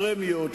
פרמיות,